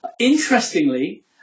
Interestingly